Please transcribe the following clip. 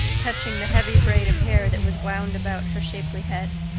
touching the heavy braid of hair that was wound about her shapely head.